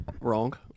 wrong